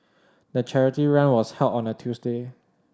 the charity run was held on a Tuesday